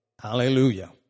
Hallelujah